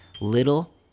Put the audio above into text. little